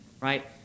right